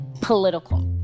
political